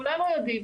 כולנו יודעים,